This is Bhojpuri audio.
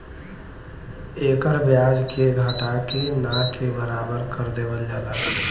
एकर ब्याज के घटा के ना के बराबर कर देवल जाला